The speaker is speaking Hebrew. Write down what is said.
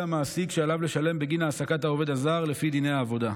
המעסיק שעליו לשלם בגין העסקת העובד הזר לפי דיני העבודה.